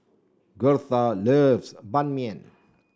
Gertha loves Ban Mian